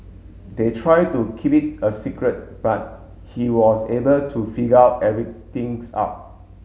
they tried to keep it a secret but he was able to figure out everything's out